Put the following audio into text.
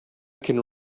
can